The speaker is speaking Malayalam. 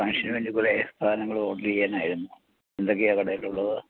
ഫങ്ക്ഷന് വേണ്ടി കുറെ സാധനങ്ങൾ ഓർഡർ ചെയ്യാൻ ആയിരുന്നു എന്തൊക്കെയാണ് കടയിൽ ഉള്ളത്